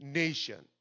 nation